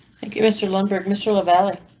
thank you, mr lundberg, mr. lavalley.